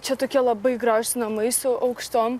čia tokie labai gražūs namai su aukštom